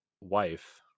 wife